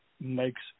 makes